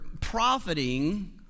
profiting